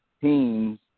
teams